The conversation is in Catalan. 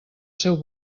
seu